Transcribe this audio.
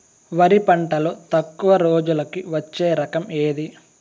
వరి పంటలో తక్కువ రోజులకి వచ్చే రకం ఏది?